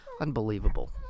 unbelievable